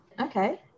okay